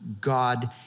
God